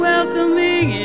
welcoming